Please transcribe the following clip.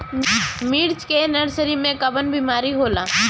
मिर्च के नर्सरी मे कवन बीमारी होला?